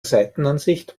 seitenansicht